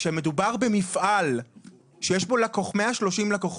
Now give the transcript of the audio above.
כשמדובר במפעל שיש בו 130 לקוחות,